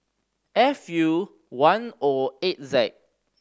F U one O eight Z